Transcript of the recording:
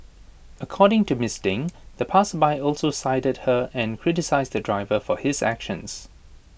according to miss Deng the passersby also sided her and criticised the driver for his actions